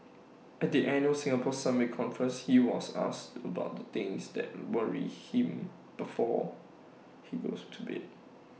at the annual Singapore summit conference he was asked about the things that worry him before he goes to bed